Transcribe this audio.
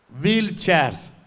wheelchairs